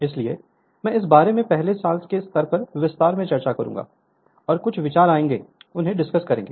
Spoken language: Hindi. इसलिए मैं इस बारे में पहले साल के स्तर पर विस्तार से चर्चा करूंगा और कुछ विचार आएंगे उन्हें डिस्कस करेंगे